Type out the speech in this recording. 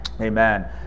Amen